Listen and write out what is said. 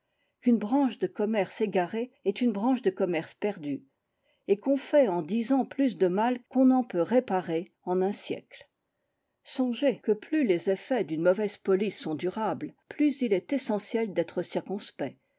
qu'une branche de commerce égarée est une branche de commerce perdue et qu'on fait en dix ans plus de mal qu'on n'en peut réparer en un siècle songez que plus les effets d'une mauvaise police sont durables plus il est essentiel d'être circonspect